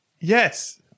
Yes